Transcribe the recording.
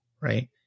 right